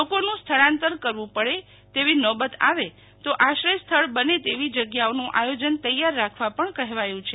લોકોનું સ્થળાંતર કરવું પડે તેવી નોબત આવે તો આશ્રય સ્થળ બને તેવી જગ્યાઓ નું આયોજન તૈયાર રાખવા પણ કહેવાયું છે